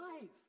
life